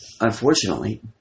unfortunately